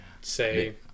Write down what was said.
say